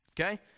okay